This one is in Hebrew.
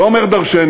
זה אומר דורשני.